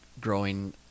growing